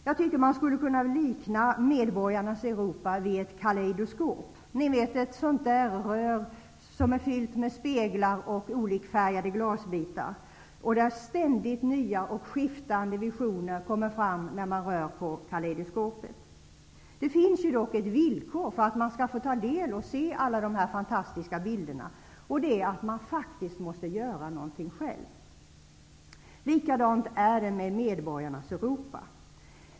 Jag tycker att man skulle kunna likna medborgarnas Europa vid ett kalejdoskop -- ni vet ett sådant där rör som är fyllt med speglar och olikfärgade glasbitar och där ständigt nya och skiftande visioner kommer fram när man vrider kalejdoskopet. Det finns dock ett villkor för att man skall få se alla dessa fantastiska bilder, och det är att man faktiskt måste göra någonting själv. Likadant är det med medborgarnas Europa.